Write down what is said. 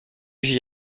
j’y